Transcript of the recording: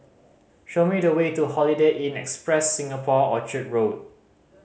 show me the way to Holiday Inn Express Singapore Orchard Road